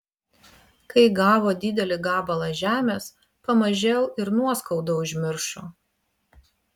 kai gavo didelį gabalą žemės pamažėl ir nuoskaudą užmiršo